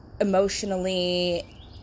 emotionally